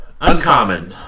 Uncommon